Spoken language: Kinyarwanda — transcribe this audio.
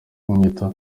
mwita